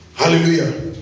hallelujah